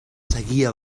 seguia